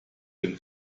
dem